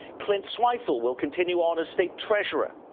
clint zweifel will continue on as state treasurer.